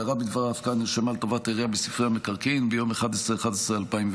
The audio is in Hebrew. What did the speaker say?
הערה בדבר ההפקעה נרשמה לטובת העירייה בספרי המקרקעין ביום 11 בנובמבר